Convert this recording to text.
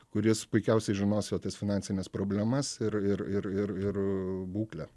kuris puikiausiai žinos jo tas finansines problemas ir ir ir ir ir būklę